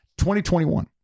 2021